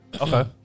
Okay